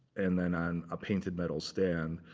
and then on a painted metal stand.